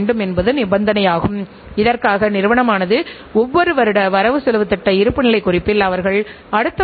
எனவே இது முன்நிபந்தனை நிதி கணக்கியல் செலவு கணக்கியல் மற்றும் எல்லாவற்றையும் நிதி சார்ந்த விதிமுறைகளாக மாற்றுவது